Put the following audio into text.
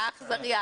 האכזרי.